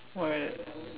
why